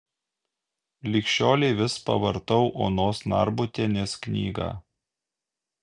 lig šiolei vis pavartau onos narbutienės knygą